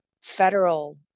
federal